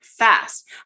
fast